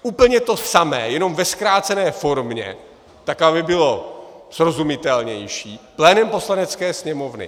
Úplně to samé, jenom ve zkrácené formě, tak aby bylo srozumitelnější, plénem Poslanecké sněmovny.